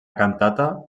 cantata